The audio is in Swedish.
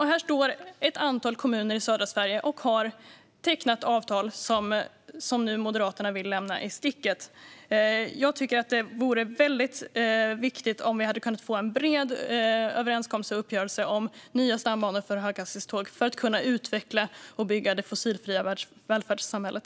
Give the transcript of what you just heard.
Här står ett antal kommuner i södra Sverige och har tecknat avtal. Moderaterna vill nu lämna dem i sticket. Jag tycker att det vore viktigt med en bred uppgörelse om nya stambanor för höghastighetståg för att kunna utveckla och bygga det fossilfria välfärdssamhället.